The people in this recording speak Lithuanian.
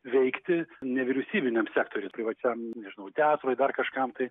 veikti nevyriausybiniam sektoriui privačiam nežinau teatrui dar kažkam tai